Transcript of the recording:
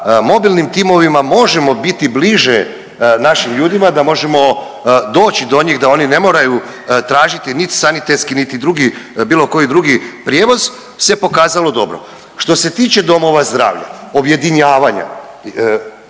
mobilnim timovima možemo biti bliže našim ljudima, da možemo doći do njih, da oni ne moraju tražiti nit sanitetski, niti drugi, bilo koji drugi prijevoz, se pokazalo dobro. Što se tiče domova zdravlja, objedinjavanja,